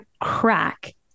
crack